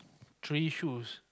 three shoes